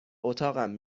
اتاقم